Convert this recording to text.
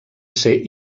ser